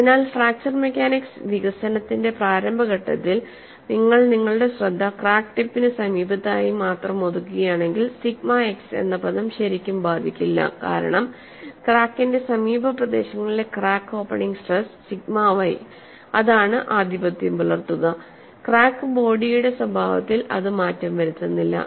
അതിനാൽ fracture mechanics വികസനത്തിന്റെ പ്രാരംഭ ഘട്ടത്തിൽ നിങ്ങൾ നിങ്ങളുടെ ശ്രദ്ധ ക്രാക്ക് ടിപ്പിന് സമീപത്തായി മാത്രം ഒതുക്കുകയാണെങ്കിൽ സിഗ്മ എക്സ് എന്ന പദം ശരിക്കും ബാധിക്കില്ല കാരണം ക്രാക്കിന്റെ സമീപപ്രദേശങ്ങളിലെ ക്രാക്ക് ഓപ്പണിംഗ് സ്ട്രെസ് സിഗ്മ വൈഅതാണ് ആധിപത്യം പുലർത്തുക ക്രാക്ക്ഡ് ബോഡിയുടെ സ്വഭാവത്തിൽ അത് മാറ്റം വരുത്തില്ല